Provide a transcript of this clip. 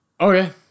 Okay